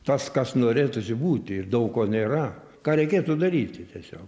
tas kas norėtųsi būti ir daug ko nėra ką reikėtų daryti tiesiog